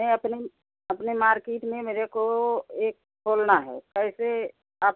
नहीं अपने मार्किट में मेरे को एक खोलना है कैसे आप